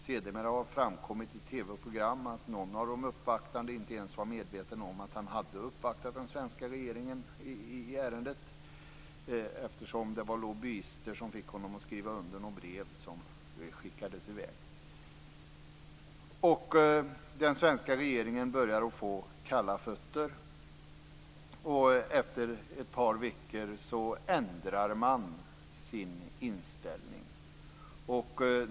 Sedermera har framkommit i TV-program att någon av de uppvaktande inte ens var medveten om att han hade uppvaktat den svenska regeringen i ärendet eftersom lobbyister fick honom att skriva under ett brev som skickades i väg. Den svenska regeringen börjar att få kalla fötter. Efter ett par veckor ändrar man sin inställning.